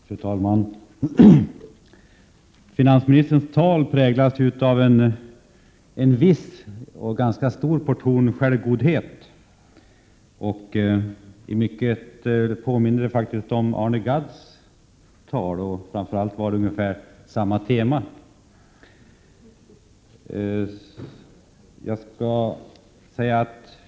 Fru talman! Finansministerns tal präglas av en rätt stor portion självgod: het. I mycket påminner talet om Arne Gadds tal. Framför allt handlade det om ungefär samma tema.